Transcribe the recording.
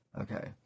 Okay